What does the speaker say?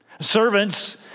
Servants